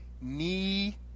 knee